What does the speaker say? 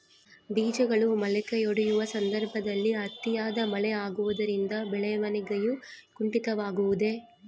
ಬೇಜಗಳು ಮೊಳಕೆಯೊಡೆಯುವ ಸಂದರ್ಭದಲ್ಲಿ ಅತಿಯಾದ ಮಳೆ ಆಗುವುದರಿಂದ ಬೆಳವಣಿಗೆಯು ಕುಂಠಿತವಾಗುವುದೆ?